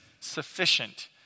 sufficient